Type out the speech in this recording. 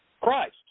Christ